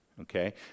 Okay